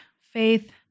faith